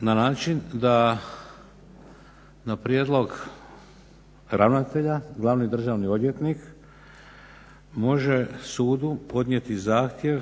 na način da na prijedlog ravnatelja Glavni državni odvjetnik može sudu podnijeti zahtjev